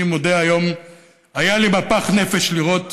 אני מודה שהיום היה לי מפח נפש לראות